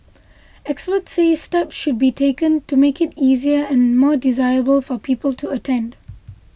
experts say steps should be taken to make it easier and more desirable for people to attend